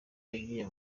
yagiye